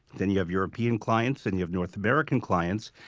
then you have european clients and you have north american clients.